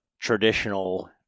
traditional